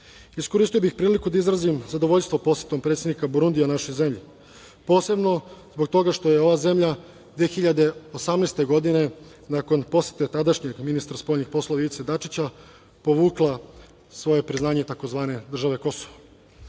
interesa. Iskoristio bih priliku da izrazim zadovoljstvo posetom predsednika Burundija našoj zemlji, posebno zbog toga što je ova zemlja 2018. godine, nakon posete tadašnjeg ministra spoljnih poslova Ivice Dačića povukla svoje priznanje tzv. države Kosovo. Kada